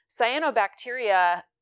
cyanobacteria